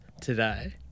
today